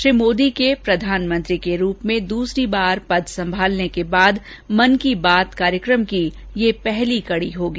श्री मोदी के प्रधानमंत्री के रूप में दूसरी बार पद संभालने के बाद मन की बात कार्यक्रम की यह पहली कड़ी होगी